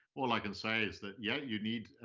all i can say is that, yeah, you need,